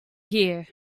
here